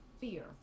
fear